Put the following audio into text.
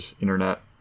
internet